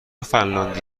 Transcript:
فنلاندی